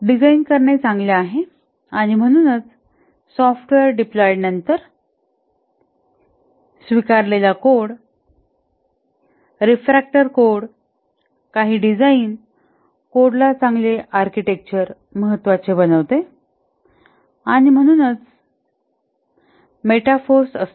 design करणे चांगले आहे आणि म्हणूनच सॉफ्टवेअर डिप्लॉईडनंतर स्वीकारलेला कोड रिफॅक्टर कोड काही डिझाईन कोडला चांगले आर्किटेक्चर महत्वाचे बनवते आणि म्हणूनच मेटाफोर्स असतात